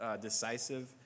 decisive